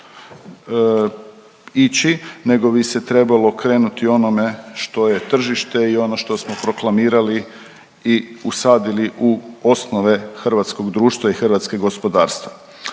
ići nego bi se trebalo okrenuti onome što je tržište i ono što smo proklamirali i usadili u osnove hrvatskog društva i hrvatskog gospodarstva.